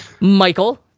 Michael